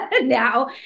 now